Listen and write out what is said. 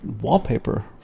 wallpaper